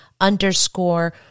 underscore